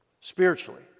spiritually